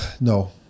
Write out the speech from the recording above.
no